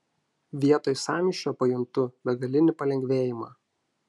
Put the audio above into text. vietoj sąmyšio pajuntu begalinį palengvėjimą